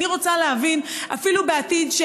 אני רוצה להבין, אפילו בעתיד.